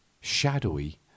shadowy